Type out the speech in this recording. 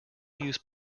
use